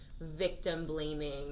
victim-blaming